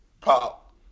Pop